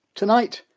tonight,